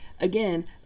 again